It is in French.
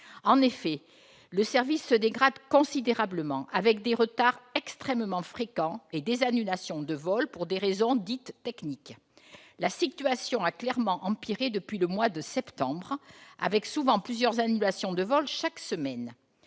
En effet, le service se dégrade considérablement, avec des retards extrêmement fréquents et des annulations de vols, pour des raisons dites techniques. La situation a clairement empiré depuis le mois de septembre, avec souvent plusieurs annulations de vols chaque semaine.